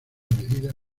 medida